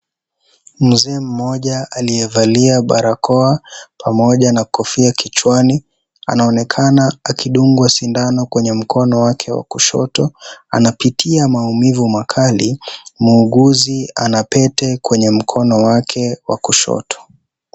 Mzee mmoja, aliyevalia barakoa pamoja na kofia kichwani. Anaonekana akidungwa sindano kwenye mkono wake wa kushoto. Anapitia maumivu makali. Muuguzi ana Pete kwenye mkono wake wa kushoto.